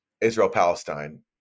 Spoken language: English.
Israel-Palestine